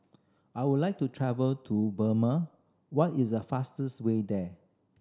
I would like to travel to Burma what is the fastest way there